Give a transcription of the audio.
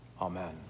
Amen